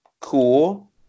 cool